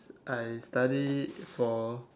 I study for